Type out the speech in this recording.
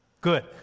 Good